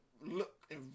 look